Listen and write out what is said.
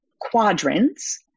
quadrants